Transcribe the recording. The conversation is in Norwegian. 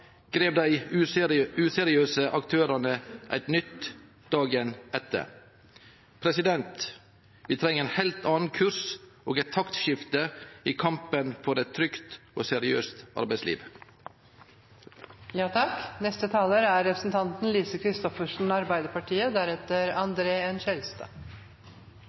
dei useriøse aktørane eit nytt dagen etter. Vi treng ein heilt annan kurs og eit taktskifte i kampen for eit trygt og seriøst